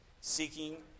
seeking